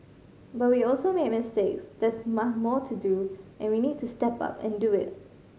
but we also made mistakes there's more to do and we need to step up and do it